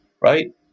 right